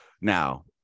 now